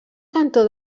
cantó